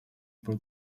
for